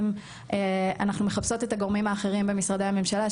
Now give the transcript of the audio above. אנחנו מחפשות את הגורמים האחרים במשרדי הממשלה,